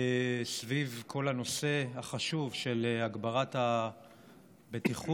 סביב כל הנושא החשוב של הגברת הבטיחות